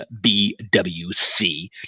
BWC